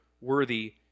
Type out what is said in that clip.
worthy